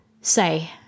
say